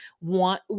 want